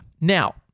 Now